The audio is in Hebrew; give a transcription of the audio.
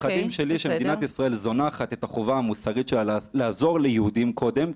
הפחדים שלי הם שמדינת ישראל זונחת את החובה שלה לעזור ליהודים קודם,